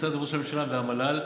משרד ראש הממשלה והמל"ל.